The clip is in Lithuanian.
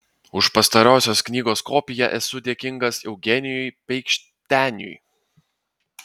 už pastarosios knygos kopiją esu dėkingas eugenijui peikšteniui